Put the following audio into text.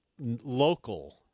local